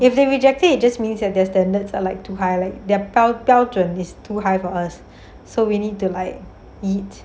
if they rejected it just means that their standards are like too high like their 标准 is too high for us so we need to like eat